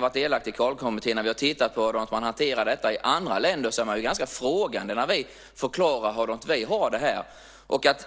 varit delaktig i Carlbeckkommittén och man har tittat på hur man hanterar detta i andra länder. Där är man ganska frågande när vi förklarar hur vi har det.